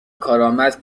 کارآمد